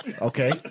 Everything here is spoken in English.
okay